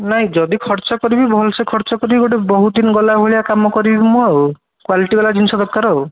ନାଇଁ ଯଦି ଖର୍ଚ୍ଚ କରିବି ଭଲ୍ସେ ଖର୍ଚ୍ଚ କରିବି ଗୋଟେ ବହୁତ ଦିନ ଗଲା ଭଳିଆ କାମ କରିବି ମୁଁ ଆଉ କ୍ୱାଲିଟି ବାଲା ଜିନିଷ ଦରକାର ଆଉ